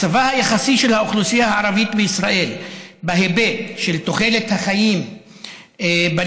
מצבה היחסי של האוכלוסייה הערבית בישראל בהיבט של תוחלת החיים בלידה,